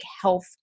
health